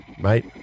Mate